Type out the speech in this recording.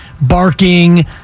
barking